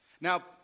Now